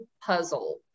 puzzle